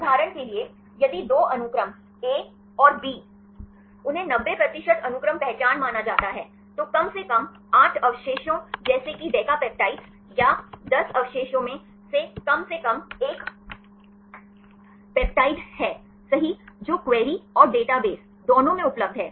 उदाहरण के लिए यदि दो अनुक्रम A और B उन्हें 90 प्रतिशत अनुक्रम पहचान माना जाता है तो कम से कम 8 अवशेषों जैसे कि डिकैप्टिड या 10 अवशेषों में से कम से कम एक पेप्टाइड है सही जो क्वेरी और डेटाबेस दोनों में उपलब्ध हैं